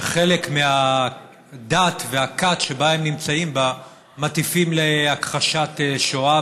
שכחלק מהדת והכת שבה הם נמצאים מטיפים להכחשת שואה